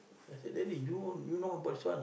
then he said daddy do you know about this one